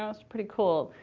ah pretty cool.